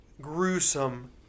gruesome